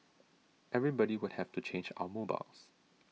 everybody would have to change our mobiles